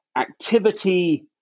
activity